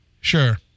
Sure